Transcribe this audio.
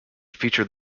featured